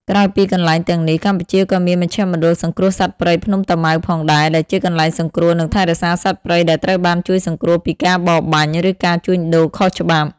ក្រៅពីកន្លែងទាំងនេះ កម្ពុជាក៏មាន មជ្ឈមណ្ឌលសង្គ្រោះសត្វព្រៃភ្នំតាម៉ៅផងដែរ ដែលជាកន្លែងសង្គ្រោះ និងថែរក្សាសត្វព្រៃដែលត្រូវបានជួយសង្គ្រោះពីការបរបាញ់ ឬការជួញដូរខុសច្បាប់។